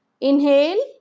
inhale